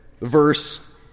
verse